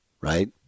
right